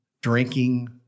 drinking